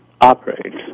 operates